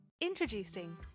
Introducing